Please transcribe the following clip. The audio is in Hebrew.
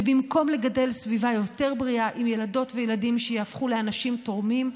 ובמקום לגדל סביבה יותר בריאה עם ילדות וילדים שיהפכו לאנשים תורמים,